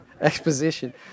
exposition